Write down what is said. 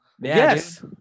yes